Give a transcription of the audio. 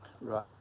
right